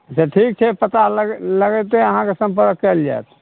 अच्छा ठीक छै पता लगे लगतै अहाँके सम्पर्क कएल जाएत